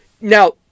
now